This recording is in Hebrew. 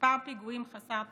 מספר פיגועים חסר תקדים,